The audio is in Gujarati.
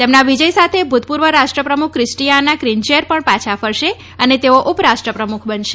તેમના વિજય સાથે ભુતપૂર્વ રાષ્ટ્રવપ્રમુખ ક્રિસ્ટીયાના ક્રિનચેર પણ પાછા ફરશે અને તેઓ ઉપરાષ્ટ્રવપ્રમુખ બનશે